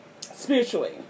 spiritually